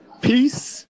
Peace